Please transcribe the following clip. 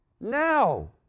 Now